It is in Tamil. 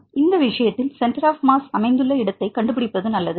எனவே இந்த விஷயத்தில் சென்டர் ஆப் மாஸ் அமைந்துள்ள இடத்தைக் கண்டுபிடிப்பது நல்லது